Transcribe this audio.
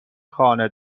خانه